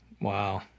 Wow